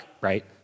right